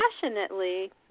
passionately